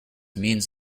means